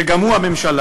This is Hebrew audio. שגם הוא הממשלה,